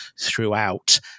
throughout